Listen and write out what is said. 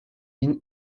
bin